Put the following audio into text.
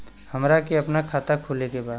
हमरा के अपना खाता खोले के बा?